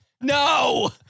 No